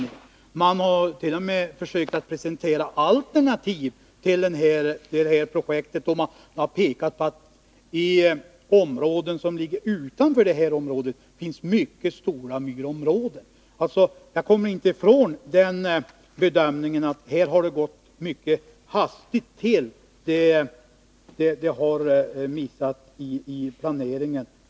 Man har t.o.m. försökt presentera alternativ till projektet, och man har pekat på att det i områden som ligger utanför det aktuella finns mycket stora myrområden. Jag kan därför inte komma ifrån bedömningen att det här har gått mycket hastigt till. Man har missat i planeringen.